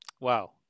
Wow